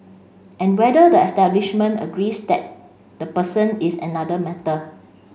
and whether the establishment agrees that the person is another matter